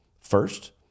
first